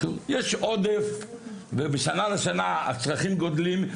יש עודף ומשנה לשנה הצרכים גדלים,